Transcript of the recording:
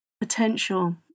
potential